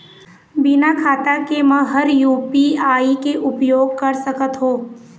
बिना खाता के म हर यू.पी.आई के उपयोग कर सकत हो?